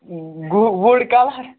wood colour